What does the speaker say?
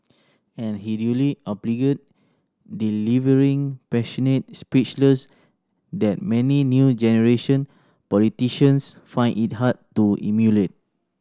and he duly obliged delivering passionate speeches that many new generation politicians find it hard to emulate